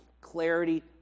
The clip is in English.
clarity